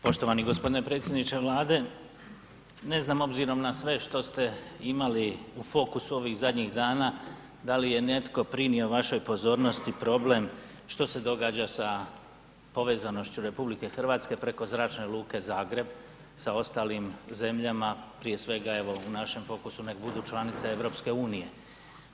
Poštovani g. predsjedniče Vlade, ne znam obzirom na sve što ste imali u fokusu ovih zadnjih dana, da li je netko primio vašoj pozornosti problem što se događa sa povezanošću RH preko Zračne luke Zagreb sa ostalim zemljama, prije svega evo u našem fokusu nek budu članice EU-a.